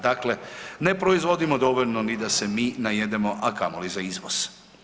Dakle, ne proizvodimo dovoljno ni da se mi najedemo, a kamoli za izvoz.